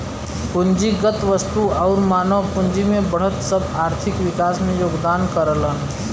पूंजीगत वस्तु आउर मानव पूंजी में बढ़त सब आर्थिक विकास में योगदान करलन